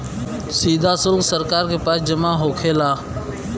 सीधा सुल्क सरकार के पास जमा होखेला